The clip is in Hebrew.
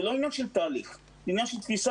זה לא עניין של תהליך זה עניין של תפיסה,